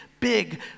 big